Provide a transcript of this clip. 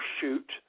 shoot